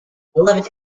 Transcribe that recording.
eleventh